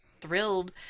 thrilled